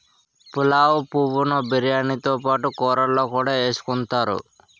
పులావు పువ్వు ను బిర్యానీతో పాటు కూరల్లో కూడా ఎసుకుంతారు